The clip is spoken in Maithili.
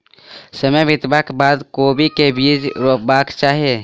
समय बितबाक बाद कोबी केँ के बीज रोपबाक चाहि?